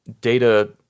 data